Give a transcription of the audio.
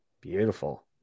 Beautiful